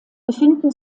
befinden